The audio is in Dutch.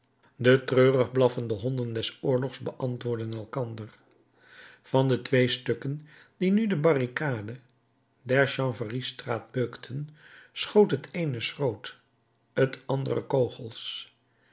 de treurig blaffende honden des oorlogs beantwoordden elkander van de twee stukken die nu de barricade der chanvreriestraat beukten schoot het eene schroot het andere kogels